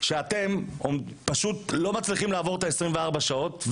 כשאתם פשוט לא מצליחים לעבור את 24 השעות.